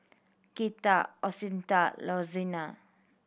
Katia Assunta Lorenz